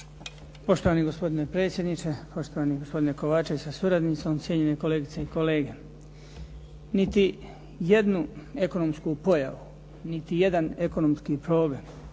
Poštovani gospodine predsjedniče, poštovani gospodine Kovačević sa suradnicom, cijenjene kolegice i kolege. Niti jednu ekonomsku pojavu, niti jedan ekonomski problem,